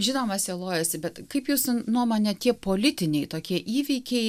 žinoma sielojasi bet kaip jūsų nuomone tie politiniai tokie įvykiai